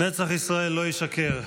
"נצח ישראל לא ישקר".